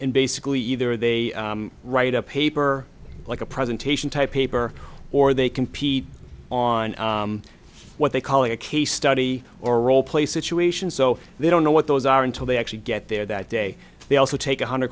and basically either they write a paper like a presentation type paper or they compete on what they call a case study or role play situation so they don't know what those are until they actually get there that day they also take one hun